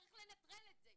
צריך לנטרל את זה.